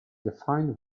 defined